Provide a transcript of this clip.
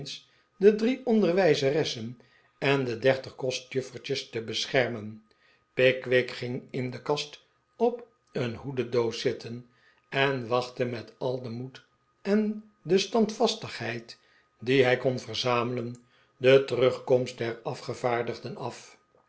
de drie onderwijzeres'sen en de der tig kostjuffertjes te beschermen pickwick gihg in de kast op een hoedendoos zitten en wachtte met al den moed en de standvastigheid die hij kon verzamelen de terugkomst der afgevaardigden af